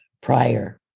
prior